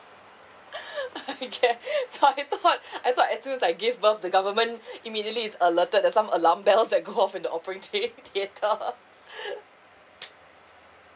okay so I thought I thought as soon as I give birth the government immediately is alerted there's some alarm bells that goes off at the operating theatre